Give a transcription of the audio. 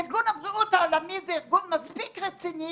ארגון הבריאות העולמי זה ארגון מספיק רציני,